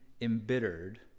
embittered